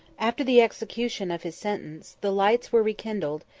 after the execution of his sentence, the lights were rekindled,